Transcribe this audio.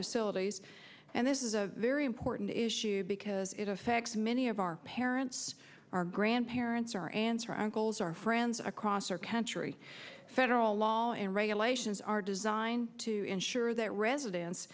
facilities and this is a very important issue because it affects many of our parents our grandparents our answer uncles our friends across our country federal law and regulations are designed to ensure that residen